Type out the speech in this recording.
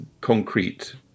concrete